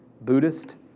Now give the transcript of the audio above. Buddhist